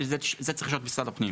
זה צריך לשאול את משרד הפנים.